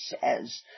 says